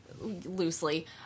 loosely